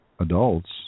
Adults